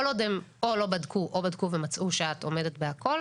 כל עוד הם לא בדקו או בדקו ומצאו שאת עומדת בכל,